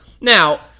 Now